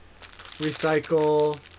recycle